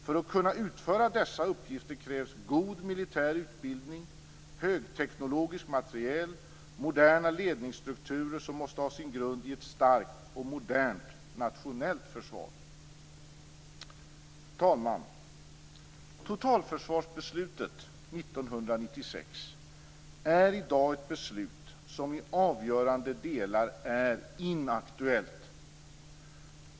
För att kunna utföra dessa uppgifter krävs god militär utbildning, högteknologisk materiel, moderna ledningsstrukturer som måste ha sin grund i ett starkt och modernt nationellt försvar. Fru talman! Totalförsvarsbeslutet 1996 är i dag ett beslut som i avgörande delar är inaktuellt.